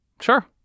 sure